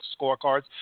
scorecards